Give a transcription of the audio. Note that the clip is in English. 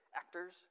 actors